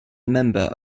member